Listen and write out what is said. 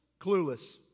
clueless